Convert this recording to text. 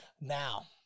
Now